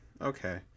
okay